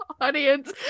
audience